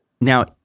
now